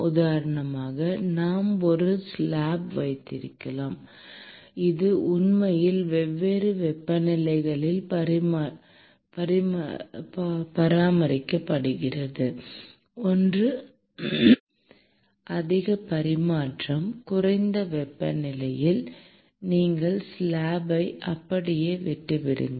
உதாரணமாக நாம் ஒரு ஸ்லாப் வைத்திருக்கலாம் இது உண்மையில் வெவ்வேறு வெப்பநிலைகளில் பராமரிக்கப்படுகிறது ஒன்று அதிக மற்றும் குறைந்த வெப்பநிலையில் நீங்கள் ஸ்லாப்பை அப்படியே விட்டுவிடுங்கள்